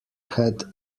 had